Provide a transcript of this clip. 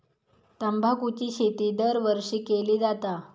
तंबाखूची शेती दरवर्षी केली जाता